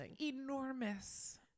enormous